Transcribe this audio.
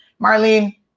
Marlene